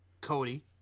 Cody